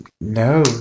no